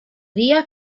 días